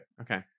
Okay